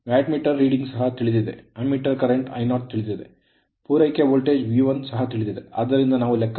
watt meter reading ಸಹ ತಿಳಿದಿದೆ ammeter current I0 ತಿಳಿದಿದೆ ಪೂರೈಕೆ ವೋಲ್ಟೇಜ್ V1 ಸಹ ತಿಳಿದಿದೆ ಆದ್ದರಿಂದ ನಾವು ಲೆಕ್ಕ ಹಾಕಬಹುದು ∅0